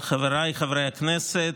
חבריי חברי הכנסת,